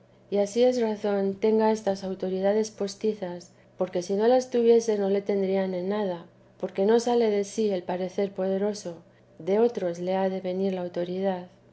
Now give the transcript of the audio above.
y ansí es razón tenga estas autoridades postizas porque si no las tuviese no le temían en nada porque no sale de sí el parecer poderoso de otros le ha de venir la autoridad